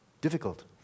difficult